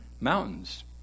Mountains